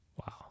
Wow